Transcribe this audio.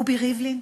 רובי ריבלין?